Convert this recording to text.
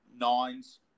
nines